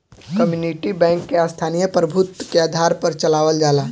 community bank के स्थानीय प्रभुत्व के आधार पर चलावल जाला